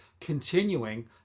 continuing